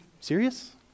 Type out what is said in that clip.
serious